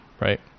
right